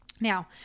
Now